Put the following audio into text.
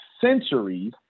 centuries